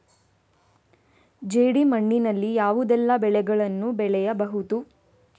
ಜೇಡಿ ಮಣ್ಣಿನಲ್ಲಿ ಯಾವುದೆಲ್ಲ ಬೆಳೆಗಳನ್ನು ಬೆಳೆಯಬಹುದು?